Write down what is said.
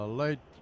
late